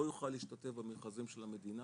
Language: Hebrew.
לא יוכל להשתתף במכרזים של המדינה,